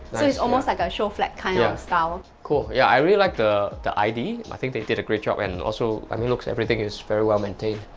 so it's almost like a show flat kind of style cool yeah, i really like the the id. i think they did a great job and also i mean looks everything is very well maintained.